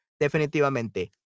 definitivamente